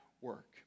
work